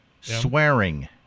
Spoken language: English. swearing